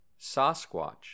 Sasquatch